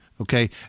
okay